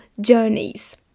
Journeys